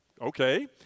okay